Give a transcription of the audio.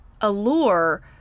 allure